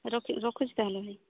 ରଖି ରଖୁଛି ତାହେଲେ ଭାଇ